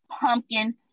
pumpkin